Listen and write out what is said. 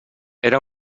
era